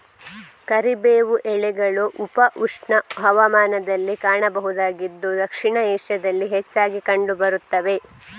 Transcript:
ಕರಿಬೇವು ಎಲೆಗಳು ಉಪ ಉಷ್ಣ ಹವಾಮಾನದಲ್ಲಿ ಕಾಣಬಹುದಾಗಿದ್ದು ದಕ್ಷಿಣ ಏಷ್ಯಾದಲ್ಲಿ ಹೆಚ್ಚಾಗಿ ಕಂಡು ಬರುತ್ತವೆ